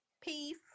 Peace